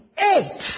eight